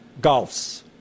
golfs